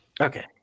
Okay